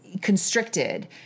constricted